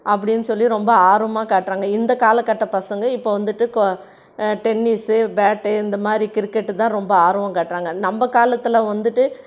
அப்படினு சொல்லி ரொம்ப ஆர்வமாக காட்டுறாங்க இந்த காலகட்ட பசங்கள் இப்போ வந்துட்டு டென்னிஸ்ஸு பேட்டு இந்த மாதிரி கிரிக்கெட்டு தான் ரொம்ப ஆர்வம் காட்டுறாங்க நம்ப காலத்தில் வந்துட்டு